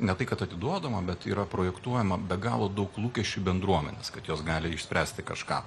ne tai kad atiduodama bet yra projektuojama be galo daug lūkesčių bendruomenės kad jos gali išspręsti kažką